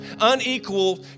unequal